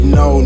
no